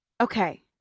okay